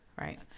Right